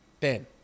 Ten